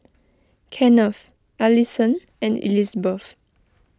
Kenneth Alison and Elizbeth